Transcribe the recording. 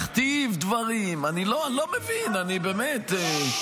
להכתיב דברים, אני לא מבין, באמת.